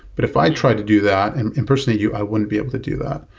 but if i try to do that and impersonate you, i wouldn't be able to do that.